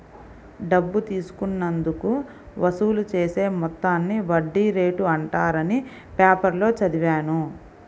డబ్బు తీసుకున్నందుకు వసూలు చేసే మొత్తాన్ని వడ్డీ రేటు అంటారని పేపర్లో చదివాను